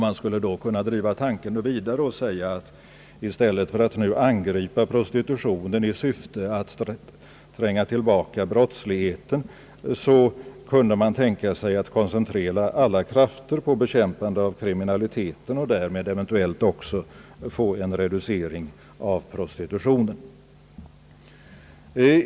Man skulle då kunna driva tanken vidare och säga att man, i stället för att nu angripa prostitutionen i syfte att tränga tillbaka brottsligheten, kunde tänka sig att koncentrera alla krafter på bekämpandet av kriminaliteten och därmed också få en reducering av prostitutionen.